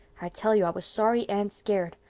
i tell you i was sorry and scared.